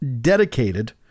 dedicated